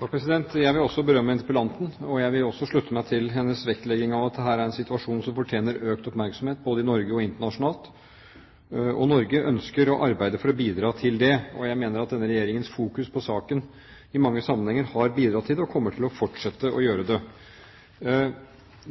det en situasjon som fortjener økt oppmerksomhet, både i Norge og internasjonalt. Norge ønsker å arbeide for å bidra til det. Jeg mener at denne regjeringens fokus på saken i mange sammenhenger har bidratt til det og kommer til å fortsette å gjøre det.